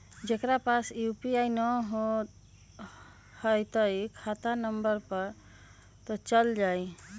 जेकरा पास यू.पी.आई न है त खाता नं पर चल जाह ई?